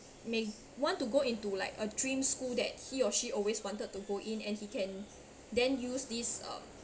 may want to go into like a dream school that he or she always wanted to go in and he can then use this uh